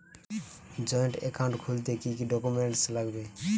Joint account খুলতে কি কি ডকুমেন্টস লাগবে?